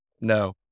No